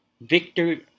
Victor